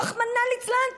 רחמנא ליצלן,